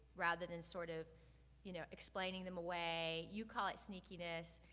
rather than sort of you know explaining them away. you call it sneakiness.